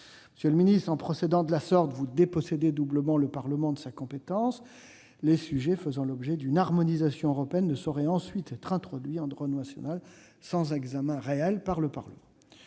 projet de loi. En procédant de la sorte, vous dépossédez doublement le Parlement de sa compétence. Les sujets faisant l'objet d'une harmonisation européenne ne sauraient ensuite être introduits en droit national sans examen réel par le Parlement.